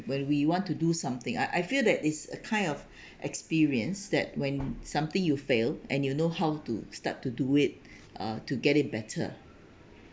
when we want to do something I I feel that it's a kind of experience that when something you fail and you know how to start to do it uh to get it better